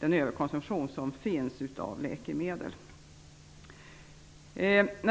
överkonsumtionen av läkemedel.